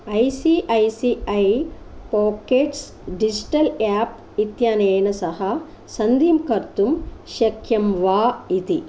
I C I C I pockets digital app इत्यनेन सह सन्धिं कर्तुं शक्यं वा इति